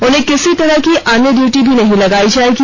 उन्हें किसी तरह की अन्य डयूटी नहीं लगायी जाएगी